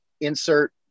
insert